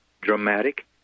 dramatic